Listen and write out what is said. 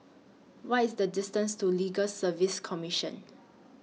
What IS The distance to Legal Service Commission